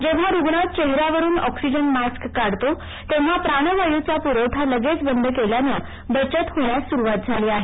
जेव्हा रुग्ण चेहऱ्यावरून ऑक्सिजन मास्क काढतो तेव्हा प्राणवायूचा प्रवठा लगेच बंद केल्यानं बचत होण्यास सुरुवात झाली आहे